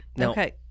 Okay